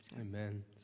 Amen